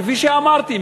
כפי שאמרתי,